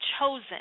chosen